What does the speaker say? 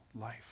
life